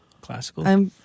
classical